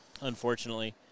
unfortunately